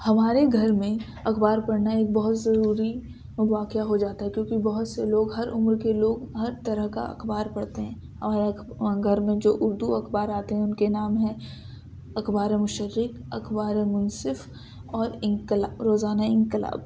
ہمارے گھر میں اخبار پڑھنا ایک بہت ضروری واقعہ ہو جاتا ہے کیونکہ بہت سے لوگ ہر عمر کے لوگ ہر طرح کا اخبار پڑھتے ہیں گھر میں جو اردو اخبار آتے ہیں ان کے نام ہیں اخبارِ مَشرِق اخبار منصف اور روزانہ انقلاب